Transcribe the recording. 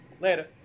Later